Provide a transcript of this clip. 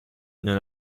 non